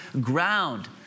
ground